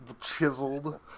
chiseled